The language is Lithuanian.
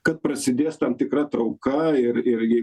kad prasidės tam tikra trauka ir ir ji